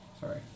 Sorry